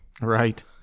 right